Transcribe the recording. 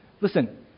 listen